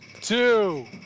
two